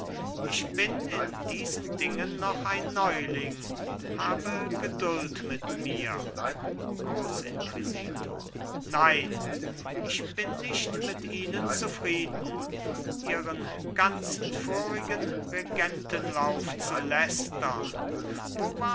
ich bin in diesen dingen noch ein neuling habe geduld mit mir grossinquisitor nein ich bin nicht mit ihnen zufrieden ihren ganzen vorigen regentenlauf zu lästern